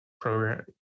program